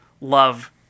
love